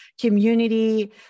community